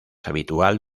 habitual